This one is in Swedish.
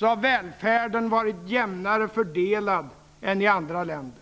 har välfärden varit jämnare fördelad än i andra länder.